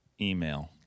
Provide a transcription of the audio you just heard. email